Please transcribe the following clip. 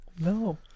no